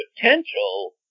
potential